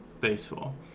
baseball